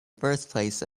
birthplace